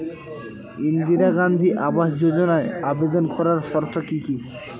ইন্দিরা গান্ধী আবাস যোজনায় আবেদন করার শর্ত কি কি?